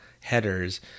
headers